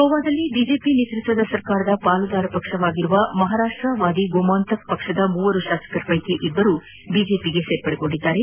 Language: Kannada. ಗೋವಾದಲ್ಲಿ ಬಿಜೆಪಿ ನೇತೃತ್ವದ ಸರ್ಕಾರದ ಪಾಲುದಾರ ಪಕ್ಷವಾದ ಮಹಾರಾಪ್ಷವಾದಿ ಗೋಮಾಂತಕ್ ಪಕ್ಷದ ಮೂವರು ಶಾಸಕರಲ್ಲಿ ಇಬ್ಲರು ಬಿಜೆಪಿಗೆ ಸೇರ್ಪಡೆಗೊಂಡಿದ್ದು